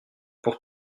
pour